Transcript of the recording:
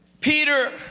Peter